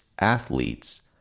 athletes